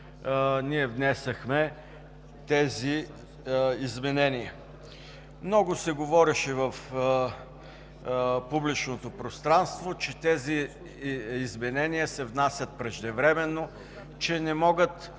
внесохме тези изменения. Много се говореше в публичното пространство, че тези изменения се внасят преждевременно, че не могат